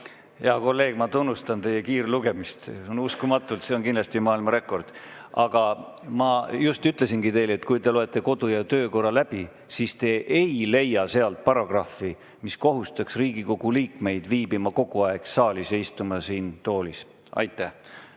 Hea kolleeg, ma tunnustan teie kiirlugemist. See on uskumatu, see on kindlasti maailmarekord. Aga ma just ütlesingi teile, et kui te loete kodu- ja töökorra läbi, siis te ei leia sealt paragrahvi, mis kohustaks Riigikogu liikmeid viibima kogu aeg saalis ja istuma siin toolil. Tarmo